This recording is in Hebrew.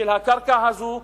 של הקרקע הזאת,